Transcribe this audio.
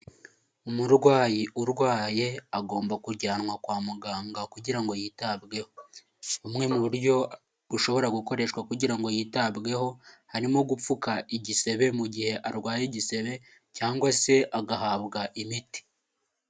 Umurwayi urwaye agomba kujyanwa kwa muganga kugira ngo yitabweho, bumwe mu buryo bushobora gukoreshwa kugira ngo yitabweho, harimo gupfuka igisebe mu gihe arwaye igisebe, cyangwa se agahabwa imiti.